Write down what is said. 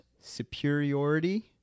superiority